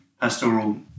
pastoral